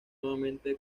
nuevamente